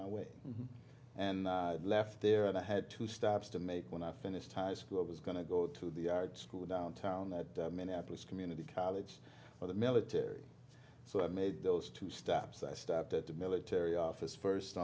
my way and left there and i had two stops to make when i finished high school i was going to go to the art school downtown minneapolis community college for the military so i made those two steps i started to military office first